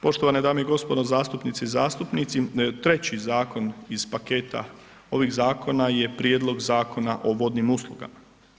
Poštovane dame i gospodo, zastupnice i zastupnici, treći Zakon iz paketa ovih Zakona je Prijedlog Zakona o vodnim uslugama.